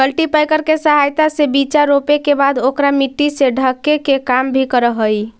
cultipacker के सहायता से बीचा रोपे के बाद ओकरा मट्टी से ढके के काम भी करऽ हई